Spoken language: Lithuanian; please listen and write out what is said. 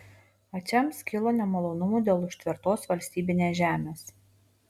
ačams kilo nemalonumų dėl užtvertos valstybinės žemės